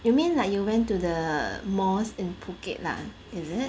you mean like you went to the malls in Phuket lah is it